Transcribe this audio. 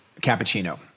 cappuccino